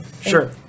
sure